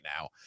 now